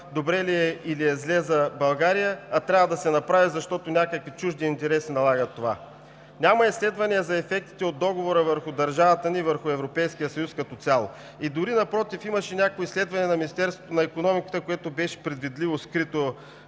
добре ли е, или е зле за България, а трябва да се направи, защото някакви чужди интереси налагат това. Няма изследвания за ефектите от Договора върху държавата ни и върху Европейския съюз като цяло. Напротив, имаше някакво изследване на Министерството на икономиката, което беше предвидливо скрито,